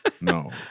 No